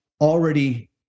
already